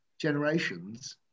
generations